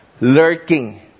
Lurking